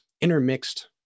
intermixed